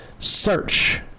Search